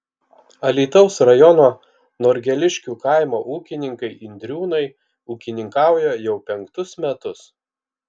alytaus rajono norgeliškių kaimo ūkininkai indriūnai ūkininkauja jau penktus metus